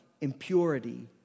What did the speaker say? impurity